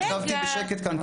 אני ישבתי בשקט כאן כמעט שעתיים.